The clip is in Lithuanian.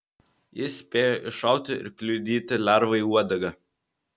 jis spėjo iššauti ir kliudyti lervai uodegą